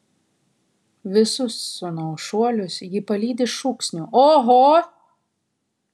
visus sūnaus šuolius ji palydi šūksniu oho